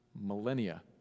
millennia